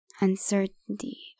uncertainty